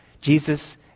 Jesus